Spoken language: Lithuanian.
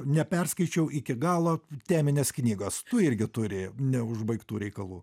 neperskaičiau iki galo teminės knygos tu irgi turi neužbaigtų reikalų